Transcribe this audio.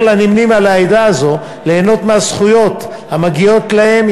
לנמנים עם העדה הזאת ליהנות מהזכויות המגיעות להם,